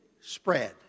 spread